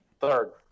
Third